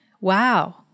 wow